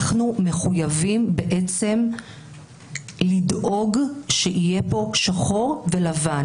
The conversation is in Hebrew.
אנחנו מחויבים לדאוג שיהיה פה שחור ולבן,